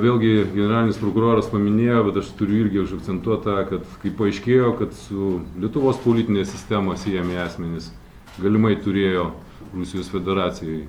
vėlgi generalinis prokuroras paminėjo bet aš turiu irgi užkcentuot tą kad kai paaiškėjo su lietuvos politine sistema siejami asmenys galimai turėjo rusijos federacijoj